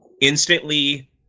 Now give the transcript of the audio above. Instantly